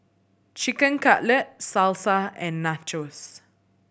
Chicken Cutlet Salsa and Nachos